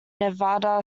nevada